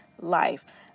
life